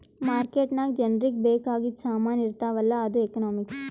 market ನಾಗ್ ಜನರಿಗ ಬೇಕ್ ಆಗಿದು ಸಾಮಾನ್ ಇರ್ತಾವ ಅಲ್ಲ ಅದು ಎಕನಾಮಿಕ್ಸ್